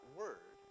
word